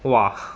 !wah!